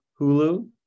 Hulu